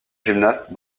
gymnaste